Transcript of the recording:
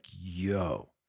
yo